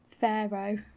pharaoh